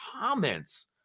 comments